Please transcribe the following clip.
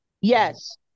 Yes